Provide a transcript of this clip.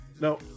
No